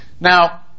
Now